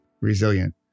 resilient